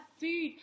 food